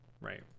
right